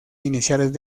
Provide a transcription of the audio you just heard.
iniciales